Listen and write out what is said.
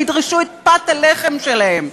וידרשו את פת הלחם שלהם.